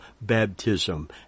baptism